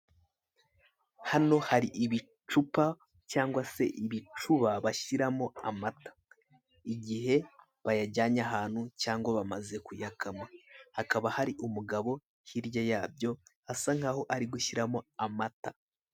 Hano hari ibicupa cyangwa se ibicuba bashyiramo amata igihe bayajyanye ahantu cyangwa se bamaze kuyakama, hakaba hari umugabo hirya yabyo asa nkaho arigushyiramo amata.